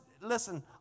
listen